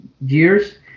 years